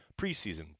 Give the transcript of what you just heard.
preseason